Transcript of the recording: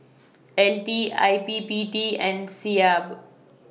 L T I P P T and Seab